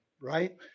Right